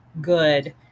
good